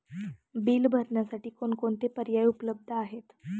Bill भरण्यासाठी कोणकोणते पर्याय उपलब्ध आहेत?